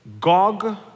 Gog